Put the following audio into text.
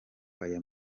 aya